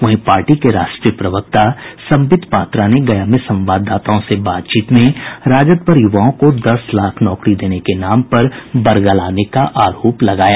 वहीं पार्टी के राष्ट्रीय प्रवक्ता संबित पात्रा ने गया में संवाददाताओं से बातचीत में राजद पर युवाओं को दस लाख नौकरी देने के नाम पर बरगलाने का आरोप लगाया